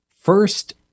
first